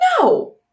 No